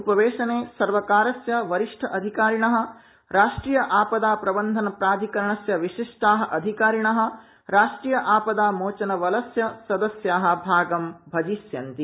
उपवेशने सर्वकारस्य वरिष्ठ अधिकारिण राष्ट्रीय आपदा प्रबंधन प्राधिकरणस्य विशिष्टा अस्मिन अधिकारिण राष्ट्रीय आपदामोचनबलस्य सदस्या भागं ग़हिष्यन्ति